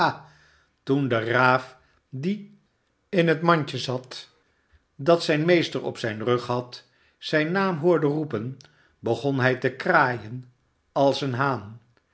toen de raaf die in het mandje zat dat zijn meester op zijn rug had zijn naam hoorde noemen begon hij te kraaien als een haan